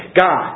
God